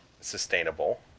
sustainable